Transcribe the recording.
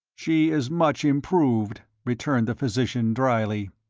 she is much improved, returned the physician, dryly.